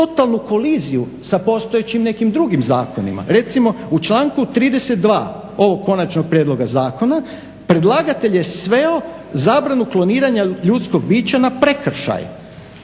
totalnu koliziju sa postojećim nekim drugim zakonima. Recimo u članku 32. ovog konačnog prijedloga zakona predlagatelj je sveo zabranu kloniranja ljudskog bića na prekršaj